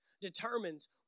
determines